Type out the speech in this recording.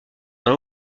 dans